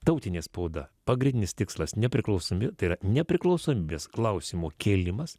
tautinė spauda pagrindinis tikslas nepriklausomybė tai yra nepriklausomybės klausimų kėlimas